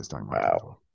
Wow